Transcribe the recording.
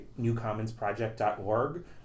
newcommonsproject.org